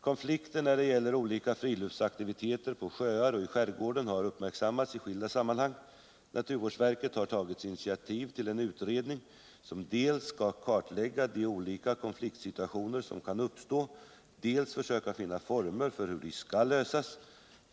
Konflikter när det gäller olika friluftsaktiviteter på sjöar och i skärgårdar har uppmärksammats i skilda sammanhang. Naturvårdsverket har tagit initiativ tillen utredning som dels skall kartlägga de olika konfliktsituationer som kan uppstå, dels försöka finna former för hur de skall lösas.